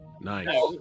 Nice